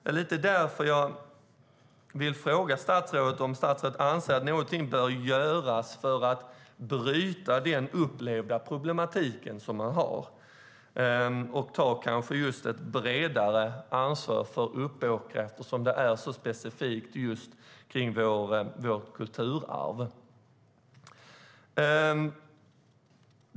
Jag vill därför fråga statsrådet om hon anser att någonting bör göras för att bryta den upplevda problematiken och ta ett bredare ansvar för Uppåkra, som är en specifik del av vårt kulturarv.